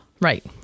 Right